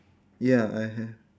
ya I have